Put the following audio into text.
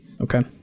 okay